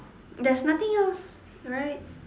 there's nothing else right